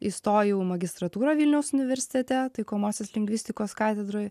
įstojau magistrantūrą vilniaus universitete taikomosios lingvistikos katedroj